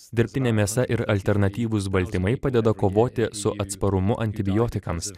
dirbtinė mėsa ir alternatyvūs baltymai padeda kovoti su atsparumu antibiotikams